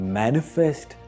manifest